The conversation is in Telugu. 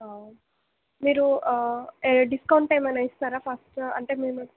మీరు ఏ డిస్కౌంట్ ఏమైన ఇస్తారా ఫస్ట్ అంటే నేను